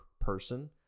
person